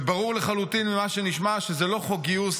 וברור לחלוטין ממה שנשמע שזה לא חוק הגיוס,